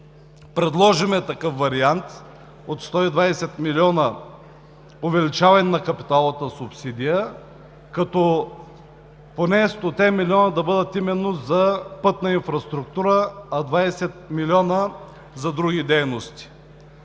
предложим такъв вариант от 120 милиона увеличаване на капиталовата субсидия, като поне 100 милиона да бъдат именно за пътна инфраструктура, а 20 милиона за други дейности.